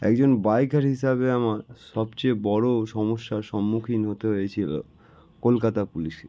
একজন বাইকার হিসাবে আমার সবচেয়ে বড়ো সমস্যার সম্মুখীন হতে হয়েছিলো কলকাতা পুলিশে